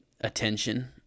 attention